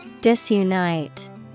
Disunite